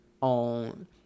on